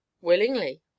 willingly